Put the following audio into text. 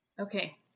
Okay